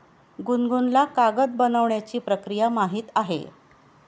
गुनगुनला कागद बनवण्याची प्रक्रिया माहीत आहे